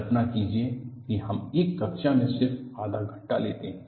कल्पना कीजिए कि हम एक कक्षा में सिर्फ आधा घंटा लेते हैं